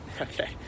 okay